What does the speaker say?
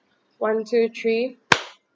one two three